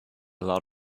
lot